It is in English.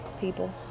people